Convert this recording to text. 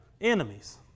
enemies